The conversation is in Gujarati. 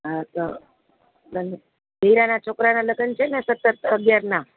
હા તો તને હીરાના છોકરાના લગન છેને સતત અગિયારના